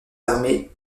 armées